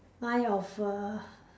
mind of a